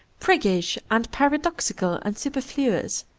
priggish and paradoxical and superfluous.